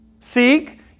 Seek